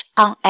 on